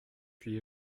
puis